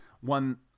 one